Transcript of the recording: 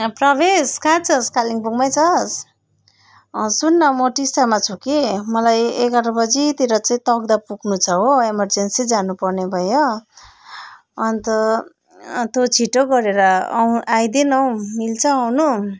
प्रवेश कहाँ छस् कालिम्पोङमै छस् सुन न म टिस्टामा छु कि मलाई एघार बजीतिर चाहिँ तकदाह पुग्नु छ हो इमर्जेन्सी जानु पर्ने भयो अन्त तँ छिटो गरेर आऊ आइदेउ न मिल्छ आउनु